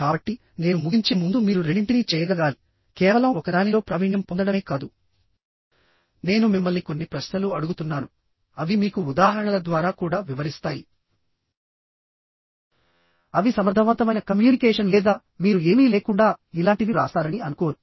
కాబట్టి నేను ముగించే ముందు మీరు రెండింటినీ చేయగలగాలి కేవలం ఒకదానిలో ప్రావీణ్యం పొందడమే కాదు నేను మిమ్మల్ని కొన్ని ప్రశ్నలు అడుగుతున్నాను అవి మీకు ఉదాహరణల ద్వారా కూడా వివరిస్తాయి అవి సమర్థవంతమైన కమ్యూనికేషన్ లేదా మీరు ఏమీ లేకుండా ఇలాంటివి వ్రాస్తారని అనుకోరు